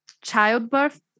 childbirth